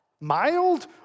mild